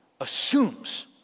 assumes